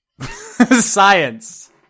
Science